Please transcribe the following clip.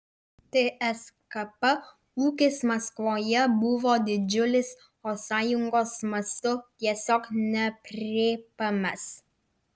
tskp ūkis maskvoje buvo didžiulis o sąjungos mastu tiesiog neaprėpiamas